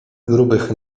grubych